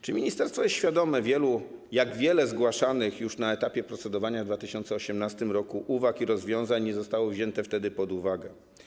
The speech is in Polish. Czy ministerstwo jest świadome, jak wiele zgłaszanych już na etapie procedowania w 2018 r. uwag i rozwiązań nie zostało wziętych wtedy pod uwagę?